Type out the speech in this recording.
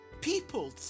People